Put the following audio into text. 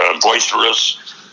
boisterous